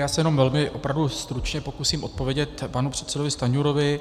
Já se jenom velmi, opravdu stručně, pokusím odpovědět panu předsedovi Stanjurovi.